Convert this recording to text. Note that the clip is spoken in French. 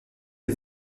des